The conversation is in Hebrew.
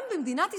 גם במדינת ישראל,